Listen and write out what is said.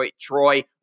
Troy